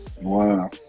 Wow